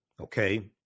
okay